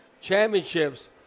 championships –